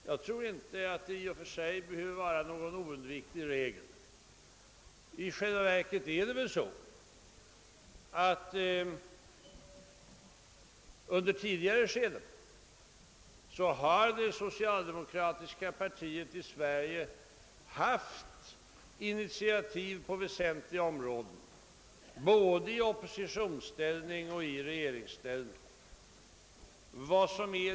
Jag tror att detta i och för sig inte behöver vara någon oundviklig regel. I själva verket är det väl så, att det socialdemokratiska partiet i Sverige under tidigare skeden haft initiativet på väsent liga områden, både i oppositionsställning och i regeringsställning.